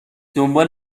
دنبال